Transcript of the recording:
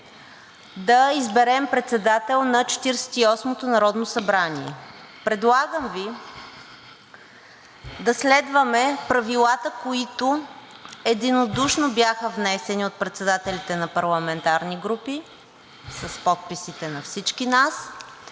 да изберем председател на Четиридесет и осмото народно събрание. Предлагам Ви да следваме правилата, които единодушно бяха внесени от председателите на парламентарни групи с подписите на всички нас,